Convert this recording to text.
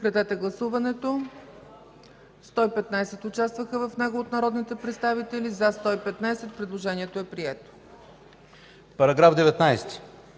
Параграф 50.